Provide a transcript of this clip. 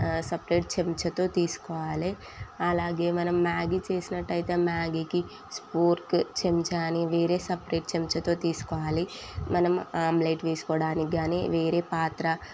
separate చెంచాతో తీసుకోవాలి అలాగే మనం మ్యాగీ చేసినట్టు అయితే మ్యాగీకి స్ఫూర్క్ చెంచా అని వేరే సపరేట్ చెంచాతో తీసుకోవాలి మనం ఆమ్లెట్ వేసుకోవడానికి కానీ వేరే పాత్ర